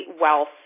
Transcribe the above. wealth